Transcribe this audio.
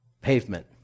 Pavement